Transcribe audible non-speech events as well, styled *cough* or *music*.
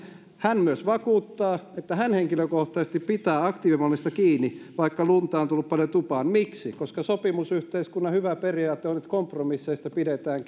hän myös vakuuttaa että hän henkilökohtaisesti pitää aktiivimallista kiinni vaikka lunta on tullut paljon tupaan miksi koska sopimusyhteiskunnan hyvä periaate on että kompromisseista pidetään *unintelligible*